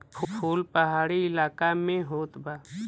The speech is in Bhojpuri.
फूल पहाड़ी इलाका में होत बा